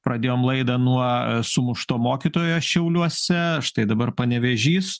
pradėjom laidą nuo sumušto mokytojo šiauliuose štai dabar panevėžys